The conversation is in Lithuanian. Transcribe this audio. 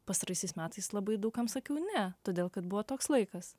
pastaraisiais metais labai daug kam sakiau ne todėl kad buvo toks laikas